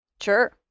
Sure